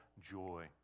joy